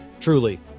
truly